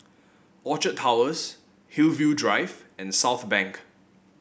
Orchard Towers Hillview Drive and Southbank